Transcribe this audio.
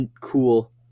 cool